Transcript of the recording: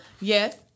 yes